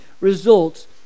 results